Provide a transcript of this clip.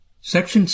Section